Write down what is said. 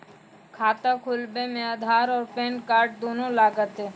खाता खोलबे मे आधार और पेन कार्ड दोनों लागत?